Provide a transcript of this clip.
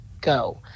go